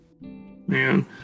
Man